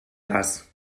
das